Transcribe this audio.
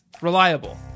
Reliable